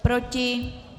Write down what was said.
Proti?